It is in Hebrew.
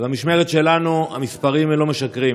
ובמשמרת שלנו המספרים לא משקרים.